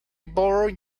borrow